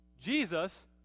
Jesus